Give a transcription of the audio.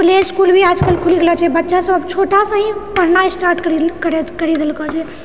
play school भी आजकल खुलि गेलोछै बच्चासभ छोटासँ ही पढ़नाए स्टार्ट करए करि देलको छै